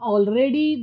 Already